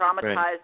traumatized